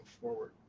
forward